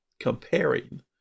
comparing